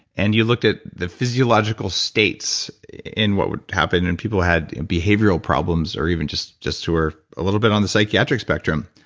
and you looked at the physiological states in what would happen, and people had behavioral problems, or even just just who are ah little bit on the psychiatric spectrum.